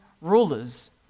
rulers